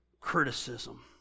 criticism